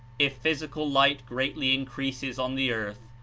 if physical light greatly increases on the earth,